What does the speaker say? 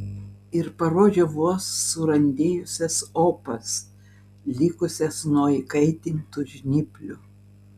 ir parodžiau vos surandėjusias opas likusias nuo įkaitintų žnyplių